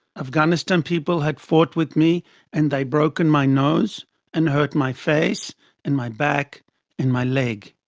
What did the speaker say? afghanistan people had fought with me and they broken my nose and hurt my face and my back and my leg.